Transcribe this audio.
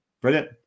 Brilliant